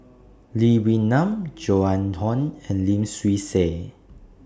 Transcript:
Lee Wee Nam Joan Hon and Lim Swee Say